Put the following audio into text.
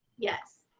yes.